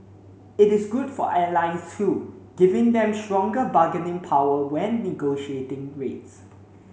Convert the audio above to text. it is good for airlines too giving them stronger bargaining power when negotiating rates